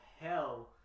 hell